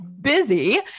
busy